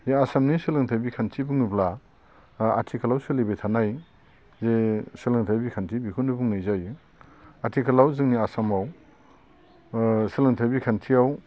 जे आसामनि सोलोंथाय बिखान्थि बुङोब्ला आथिखालाव सोलिबाय थानाय जे सोलोंथाय बिखान्थि बेखौनो बुंनाय जायो आथिखालाव जोंनि आसामाव सोलोंथाय बिखान्थियाव